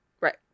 Right